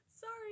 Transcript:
Sorry